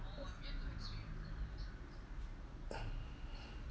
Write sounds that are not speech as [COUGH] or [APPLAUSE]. [BREATH]